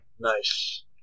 Nice